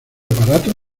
aparatos